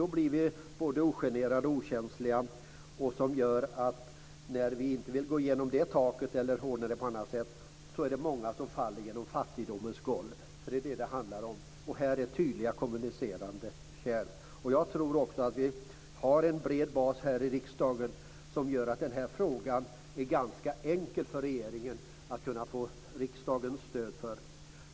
Det vore att visa oss okänsliga. När vi inte vill gå genom taket, eller ordna det på annat sätt, är det många som faller igenom fattigdomens golv. Det är vad det handlar om. Det är tydliga kommunicerande kärl. Jag tror också att vi har en bred bas här i riksdagen som gör att det är ganska enkelt för regeringen att få riksdagens stöd i den här frågan.